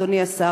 אדוני השר,